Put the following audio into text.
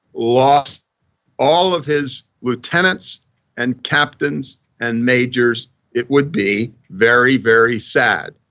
lost all of his lieutenants and captains and majors it would be very, very sad.